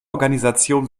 organisation